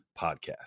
podcast